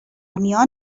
میان